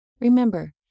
Remember